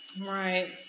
Right